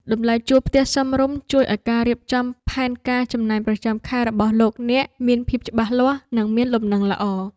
តម្លៃជួលផ្ទះសមរម្យជួយឱ្យការរៀបចំផែនការចំណាយប្រចាំខែរបស់លោកអ្នកមានភាពច្បាស់លាស់និងមានលំនឹងល្អ។